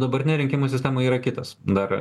dabartinė rinkimų sistema yra kitas dar